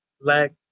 Black